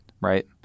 Right